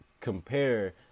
compare